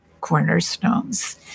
cornerstones